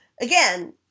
again